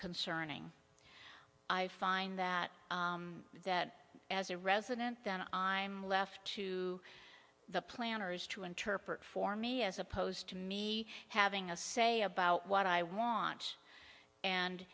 concerning i find that that as a resident then i am left to the planners to interpret for me as opposed to me having a say about what i want and